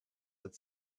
that